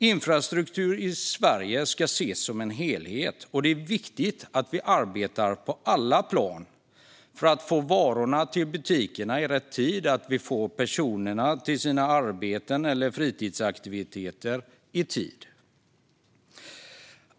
Infrastruktur i Sverige ska ses som en helhet, och det är viktigt att vi arbetar på alla plan för att få varor till butikerna i rätt tid och att få personerna till deras arbeten eller fritidsaktiviteter i tid.